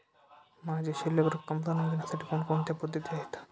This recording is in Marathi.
माझी शिल्लक रक्कम जाणून घेण्यासाठी कोणकोणत्या पद्धती आहेत?